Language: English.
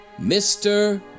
Mr